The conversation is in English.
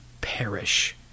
perish